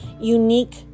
unique